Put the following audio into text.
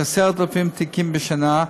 כ-10,000 תיקים בשנה,